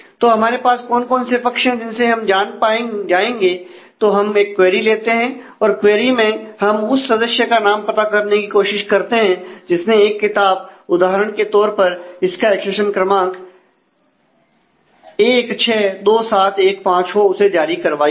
तो हमारे पास कौन कौन से पक्ष हैं जिनमें हम जाएंगे तो हम एक क्वेरी लेते हैं और क्वेरी में हम उस सदस्य का नाम पता करने की कोशिश करते हैं जिसने एक किताब उदाहरण के तौर पर इसका एकसेशन क्रमांक 162715 हो उसे जारी करवाई हो